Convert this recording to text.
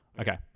Okay